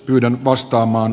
yhden vastaamaan